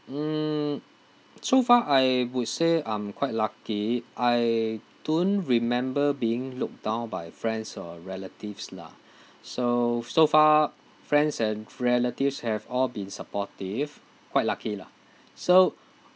mm so far I would say I'm quite lucky I don't remember being looked down by friends or relatives lah so so far friends and relatives have all been supportive quite lucky lah so